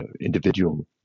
individual